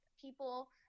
people